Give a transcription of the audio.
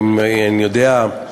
אני יודע,